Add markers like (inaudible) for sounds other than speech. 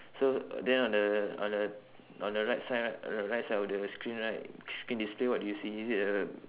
(breath) so then on the on the on the right side right on the right side of the screen right screen display what do you see is it a